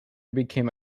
became